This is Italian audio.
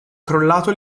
crollato